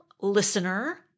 listener